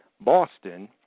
Boston